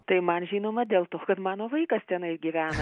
tai man žinoma dėl to kad mano vaikas tenai gyvena